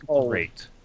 great